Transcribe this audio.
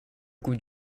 coupe